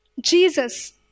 Jesus